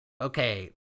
okay